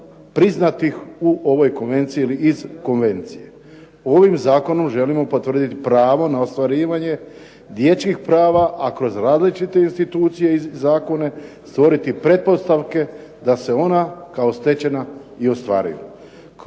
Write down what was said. priznatih u ovoj konvenciji ili iz konvencije. Ovim zakonom želimo potvrditi pravo na ostvarivanje dječjih prava, a kroz različite institucije i zakone stvoriti pretpostavke da se ona kao stečena i ostvaruju.